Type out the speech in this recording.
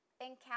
encounter